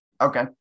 okay